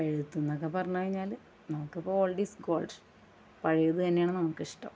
ആ എഴുത്ത് എന്നൊക്കെ പറഞ്ഞ് കഴിഞ്ഞാൽ നമുക്കിപ്പോൾ ഓൾഡ് ഈസ് ഗോൾഡ് പഴയത് തന്നെയാണ് നമുക്ക് ഇഷ്ടം